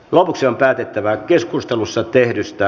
lopuksi on päätettävä keskustelussa tehdystä